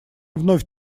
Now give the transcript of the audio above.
вновь